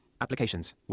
Applications